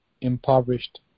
impoverished